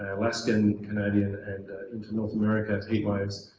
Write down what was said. alaskan canadian and into north america heat waves